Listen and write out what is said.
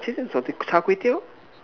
interest so salty Char-Kway-Teow